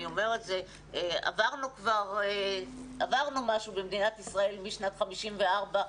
אני אומרת שעברנו משהו במדינת ישראל משנת 1954,